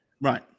Right